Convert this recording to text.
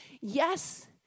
Yes